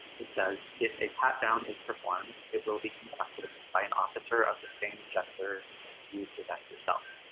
it says if a pat-down is performed it will be conducted by an officer of the same gender as you present yourself.